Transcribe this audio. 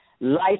Life